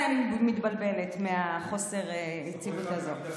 ועדיין אני מתבלבלת מחוסר היציבות הזה.